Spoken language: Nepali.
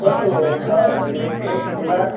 कस्तो छ भन्दाखेरि एकदमै खुला